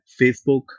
Facebook